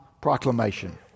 proclamation